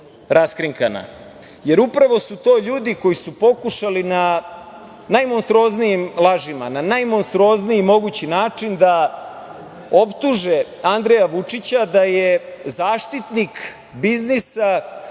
raskrinkana. Upravo su to ljudi koji su pokušali na najmonstruoznijim lažima, na najmonstruozniji mogući način da optuže Andreja Vučića da je zaštitnik biznisa